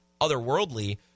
otherworldly